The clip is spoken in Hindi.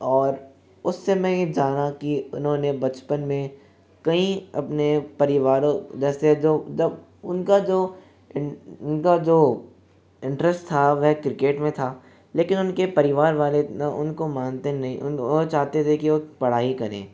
और उससे मैं ये जाना कि उन्होंने बचपन में कई अपने परिवार जैसे जब जब उनका जो उनका जो इंटरेस्ट था वह क्रिकेट में था लेकिन उनके परिवार वालों ने उनको मानते नहीं वो चाहते थे कि वह पढ़ाई करें